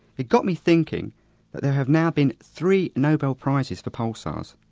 it got me thinking that there have now been three nobel prizes for pulsars,